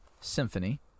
Symphony